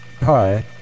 hi